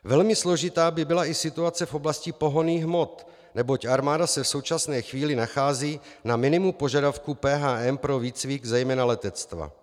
Velmi složitá by byla i situace v oblasti pohonných hmot, neboť armáda se v současné chvíli nachází na minimu požadavků PHM pro výcvik zejména letectva.